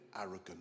arrogant